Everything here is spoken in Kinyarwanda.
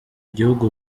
igihugu